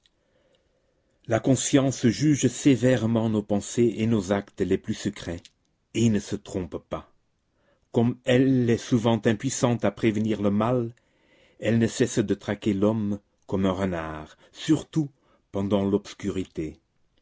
la conscience juge sévèrement nos pensées et nos actes les plus secrets et ne se trompe pas comme elle est souvent impuissante à prévenir le mal elle ne cesse de traquer l'homme comme un renard surtout pendant l'obscurité